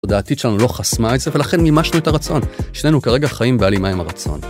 התודעתית שלנו לא חסמה את זה, ולכן מימשנו את הרצון. שנינו כרגע חיים בהלימה עם הרצון.